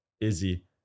Izzy